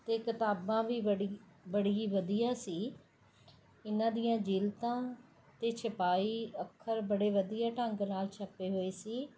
ਅਤੇ ਕਿਤਾਬਾਂ ਵੀ ਬੜੀ ਬੜੀ ਵਧੀਆ ਸੀ ਇਨ੍ਹਾਂ ਦੀਆਂ ਜਿਲਤਾਂ ਅਤੇ ਛਪਾਈ ਅੱਖਰ ਬੜੇ ਵਧੀਆ ਢੰਗ ਨਾਲ ਛਪੇ ਹੋਏ ਸੀ